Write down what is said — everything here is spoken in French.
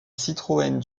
citroën